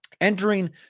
entering